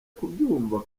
kubyumva